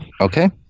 Okay